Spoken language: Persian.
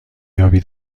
یابی